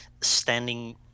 standing